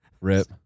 Rip